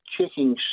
checking